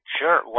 Sure